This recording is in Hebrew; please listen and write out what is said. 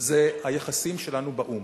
זה היחסים שלנו באו"ם.